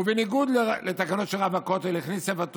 ובניגוד לתקנות של רב הכותל הכניס ספר תורה.